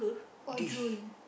or drool